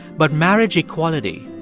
but marriage equality,